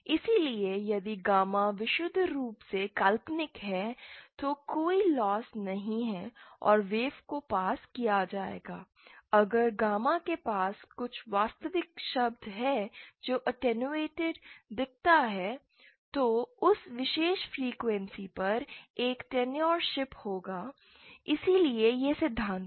इसलिए यदि गामा विशुद्ध रूप से काल्पनिक है तो कोई लॉस नहीं है और वेव को पास किया जाएगा अगर गामा के पास कुछ वास्तविक शब्द है जो अटैंयुएट्रेड दिखाता है तो उस विशेष फ्रीक्वेंसी पर एक टेंन्यूर शिप होगा इसलिए यह सिद्धांत है